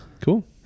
Cool